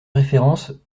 référence